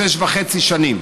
שש וחצי שנים,